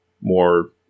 more